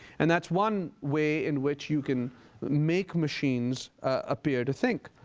and that's one way in which you can make machines appear to think.